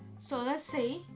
so let's see.